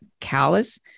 callous